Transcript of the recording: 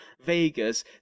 Vegas